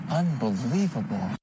unbelievable